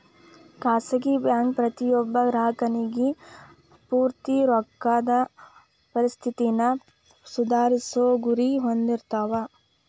ಖಾಸಗಿ ಬ್ಯಾಂಕ್ ಪ್ರತಿಯೊಬ್ಬ ಗ್ರಾಹಕನಿಗಿ ಪೂರ್ತಿ ರೊಕ್ಕದ್ ಪರಿಸ್ಥಿತಿನ ಸುಧಾರ್ಸೊ ಗುರಿ ಹೊಂದಿರ್ತಾವ